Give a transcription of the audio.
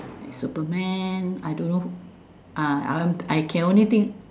like Superman I don't know who uh I I can only think